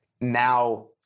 now